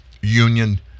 union